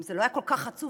אם זה לא היה כל כך עצוב,